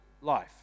life